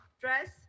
dress